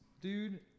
dude